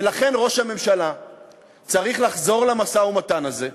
ולכן ראש הממשלה צריך לחזור למשא-ומתן הזה,